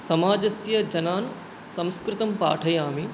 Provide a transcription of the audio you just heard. समाजस्य जनान् संस्कृतं पाठयामि